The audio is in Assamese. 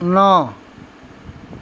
ন